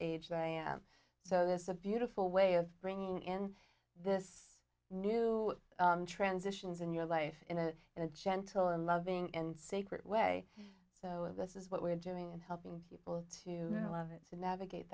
that i am so this is a beautiful way of bringing in this new transitions in your life in a in a gentle and loving and sacred way so this is what we're doing and helping people to love it to navigate